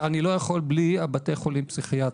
סליחה, אני לא יכול בלי בתי חולים פסיכיאטריים.